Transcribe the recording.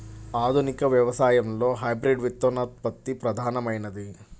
ఆధునిక వ్యవసాయంలో హైబ్రిడ్ విత్తనోత్పత్తి ప్రధానమైనది